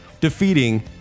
defeating